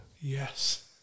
yes